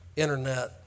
internet